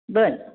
बरंं